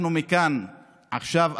עכשיו,